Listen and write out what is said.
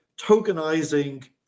tokenizing